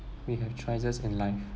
we have choices in life